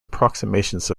approximations